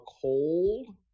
cold